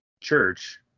church